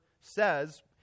says